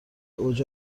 اوج